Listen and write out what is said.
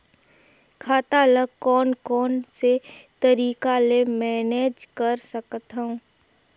खाता ल कौन कौन से तरीका ले मैनेज कर सकथव?